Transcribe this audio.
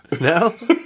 No